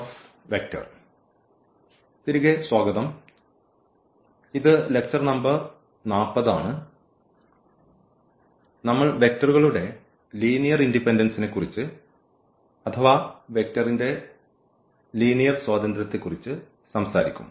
തിരികെ സ്വാഗതം ഇത് ലെക്ചർ നമ്പർ 40 ആണ് നമ്മൾ വെക്റ്ററുകളുടെ ലീനിയർ ഇൻഡിപെൻഡൻസിനെക്കുറിച്ച് അഥവാ വെക്റ്ററിന്റെ ലീനിയർ സ്വാതന്ത്ര്യത്തെക്കുറിച്ച് സംസാരിക്കും